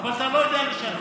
אבל אתה לא יודע לשנות.